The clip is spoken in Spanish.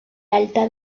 alta